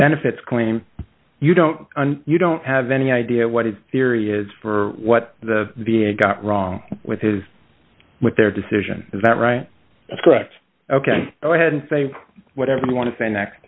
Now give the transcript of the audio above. benefits claim you don't and you don't have any idea what his theory is for what the da got wrong with his with their decision is that right that's correct ok go ahead and say whatever you want to say next